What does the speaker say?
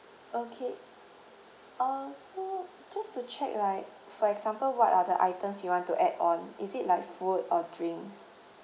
okay uh so just to check right for example what are the items you want to add on is it like food or drinks